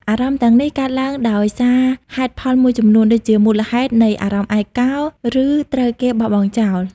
អារម្មណ៍ទាំងនេះកើតឡើងដោយសារហេតុផលមួយចំនួន ដូចជាមូលហេតុនៃអារម្មណ៍ឯកា ឬត្រូវគេបោះបង់ចោល។